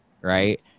right